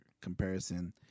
comparison